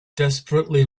desperately